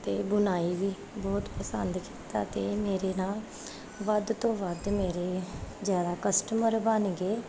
ਅਤੇ ਬੁਣਾਈ ਵੀ ਬਹੁਤ ਪਸੰਦ ਕੀਤਾ ਅਤੇ ਮੇਰੇ ਨਾਲ ਵੱਧ ਤੋਂ ਵੱਧ ਮੇਰੇ ਜ਼ਿਆਦਾ ਕਸਟਮਰ ਬਣ ਗਏ